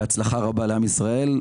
בהצלחה רבה לעם ישראל.